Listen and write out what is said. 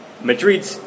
Madrid